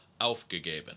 aufgegeben